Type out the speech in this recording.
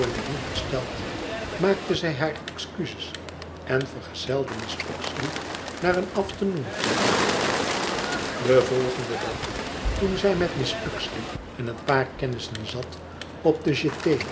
hersteld maakte zij hare excuses en vergezelde mrs uxeley naar een afternoon-tea den volgenden dag toen zij met mrs uxeley en een paar kennissen zat op de